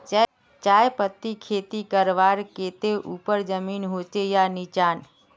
चाय पत्तीर खेती करवार केते ऊपर जमीन होचे या निचान?